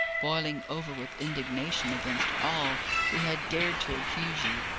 boiling over with indignation against all who had dared to accuse you,